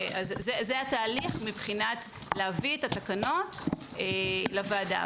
זה התהליך מבחינת להביא את התקנות לוועדה.